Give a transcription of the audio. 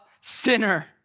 sinner